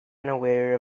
unaware